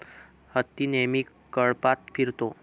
हत्ती नेहमी कळपात फिरतो